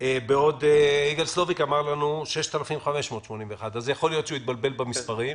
בעוד יגאל סלוביק אמר לנו שהיו 6,581. אז יכול להיות שהוא התבלבל במספרים,